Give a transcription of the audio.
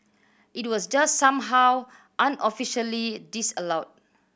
it was just somehow unofficially disallowed